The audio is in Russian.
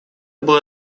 была